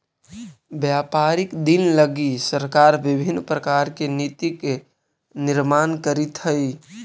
व्यापारिक दिन लगी सरकार विभिन्न प्रकार के नीति के निर्माण करीत हई